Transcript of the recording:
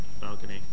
balcony